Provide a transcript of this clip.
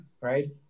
right